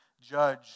judge